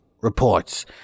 reports